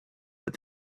but